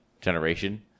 generation